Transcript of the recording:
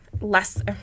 less